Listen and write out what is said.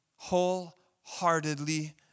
wholeheartedly